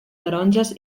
taronges